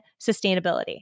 sustainability